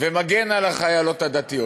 ומגן על החיילות הדתיות.